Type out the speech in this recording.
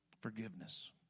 forgiveness